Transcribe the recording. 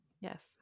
Yes